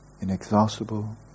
inexhaustible